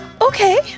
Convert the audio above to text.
okay